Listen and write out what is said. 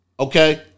Okay